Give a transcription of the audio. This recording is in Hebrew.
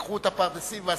לקחו את הפרדסים ועשו,